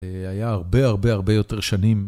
היה הרבה הרבה הרבה יותר שנים.